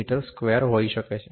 મી square હોઈ શકે છે